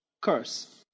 curse